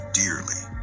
dearly